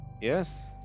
Yes